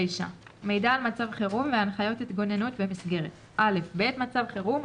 "מידע על מצב חירום והנחיות התגוננות במסגרת 9. בעת מצב חירום,